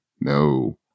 No